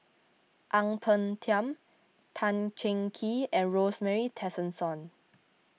Ang Peng Tiam Tan Cheng Kee and Rosemary Tessensohn